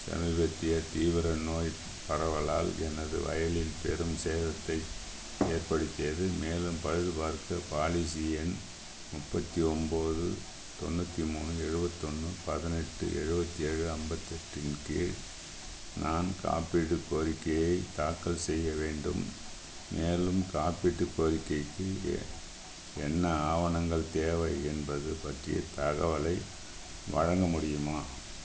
சமீபத்திய தீவிர நோய் பரவலால் எனது வயலில் பெரும் சேதத்தை ஏற்படுத்தியது மேலும் பழுது பார்க்க பாலிசி எண் முப்பத்தி ஒன்போது தொண்ணூற்றி மூணு எழுபத்து ஒன்று பதினெட்டு எழுபத்தி ஏழு ஐம்பத்து எட்டின் கீழ் நான் காப்பீடுக் கோரிக்கையை தாக்கல் செய்யவேண்டும் மேலும் காப்பீட்டுக் கோரிக்கைக்கு என்ன ஆவணங்கள் தேவை என்பது பற்றியத் தகவலை வழங்க முடியுமா